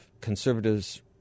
conservatives